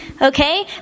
Okay